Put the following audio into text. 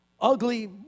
Ugly